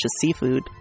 seafood